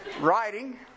riding